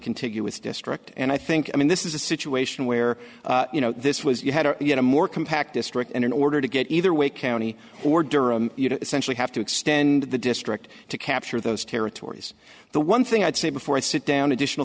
contiguous district and i think i mean this is a situation where you know this was you had to get a more compact district and in order to get either wake county or durham you know essentially have to extend the district to capture those territories the one thing i'd say before i sit down additional